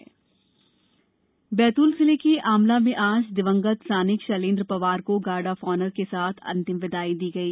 सैनिक बिदाई बैतूल जिले के आमला में आज दिवंगत सैनिक शैलेन्द्र पंवार को गार्ड ऑफ ऑनर के साथ अंतिम बिदाई दी गई